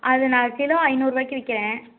அது நான் கிலோ ஐநூறுவாய்க்கு விற்கிறேன்